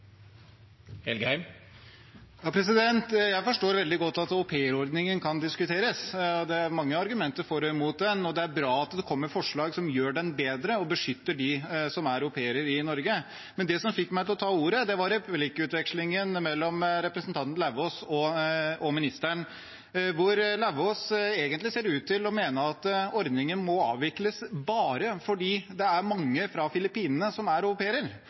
Jeg forstår veldig godt at aupairordningen kan diskuteres. Det er mange argumenter for og mot den, og det er bra at det kommer forslag som gjør den bedre og beskytter dem som er au pairer i Norge. Men det som fikk meg til å ta ordet, var replikkvekslingen mellom representanten Lauvås og ministeren, hvor Lauvås egentlig så ut til å mene at ordningen må avvikles bare fordi det er mange fra Filippinene som er